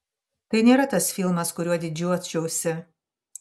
tai nėra tas filmas kuriuo didžiuočiausi